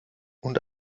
und